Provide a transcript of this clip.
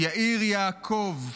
יאיר יעקב,